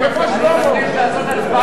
חבר הכנסת זאב, עשה לי טובה, שב במקומך.